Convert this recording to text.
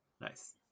Nice